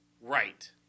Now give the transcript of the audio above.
Right